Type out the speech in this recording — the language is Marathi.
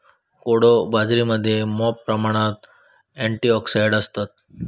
कोडो बाजरीमध्ये मॉप प्रमाणात अँटिऑक्सिडंट्स असतत